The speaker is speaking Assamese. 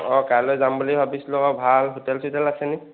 অঁ কাইলৈ যাম বুলি ভাবিছিলোঁ অঁ ভাল হোটেল চোটেল আছে নেকি